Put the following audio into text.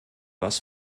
was